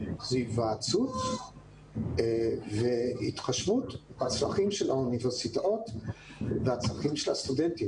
זאת היוועצות והתחשבות בצרכים של האוניברסיטאות ובצרכים של הסטודנטים.